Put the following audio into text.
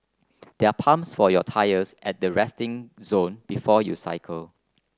there are pumps for your tyres at the resting zone before you cycle